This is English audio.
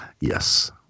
Yes